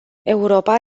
europa